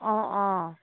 অঁ অঁ